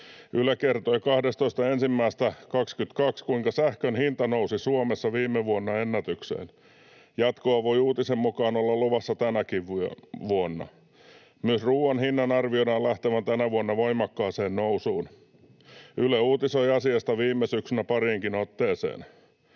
Yle kertoi 12.1.2022, kuinka sähkön hinta nousi Suomessa viime vuonna ennätykseen. Jatkoa voi uutisen mukaan olla luvassa tänäkin vuonna. Myös ruuan hinnan arvioidaan lähtevän tänä vuonna voimakkaaseen nousuun. Yle uutisoi asiasta viime syksynä pariinkin otteeseen.